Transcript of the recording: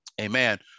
Amen